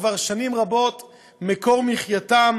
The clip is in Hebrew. אנחנו עסוקים כל כך בסוגיה הרת גורל להרבה אנשים,